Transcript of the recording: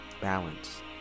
balance